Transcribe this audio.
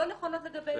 לא נכונות לגבי ילדים.